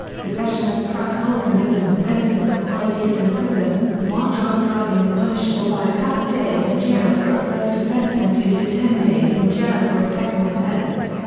possession of crack holds a minimum sentence of five years in prison, while drunk driving is punishable by a couple days in jail for a first offense and two to ten days in jail for a second offense.